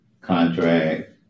contract